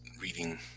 reading